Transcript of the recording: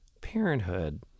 Parenthood